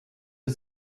wir